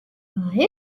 firefox